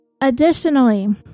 Additionally